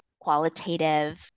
qualitative